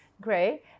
great